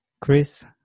Chris